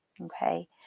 Okay